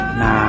na